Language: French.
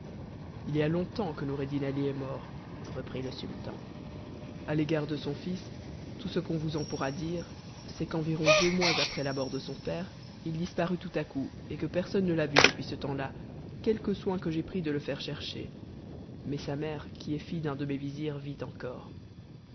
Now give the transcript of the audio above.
il y a longtemps que noureddin ali est mort reprit le sultan à l'égard de son fils tout ce qu'on vous en pourra dire c'est qu'environ deux mois après la mort de son père il disparut tout à coup et que personne ne l'a vu depuis ce temps-là quelque soin que j'aie pris de le faire chercher mais sa mère qui est fille d'un de mes vizirs vit encore